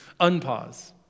Unpause